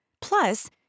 Plus